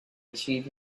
achieve